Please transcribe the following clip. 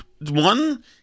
one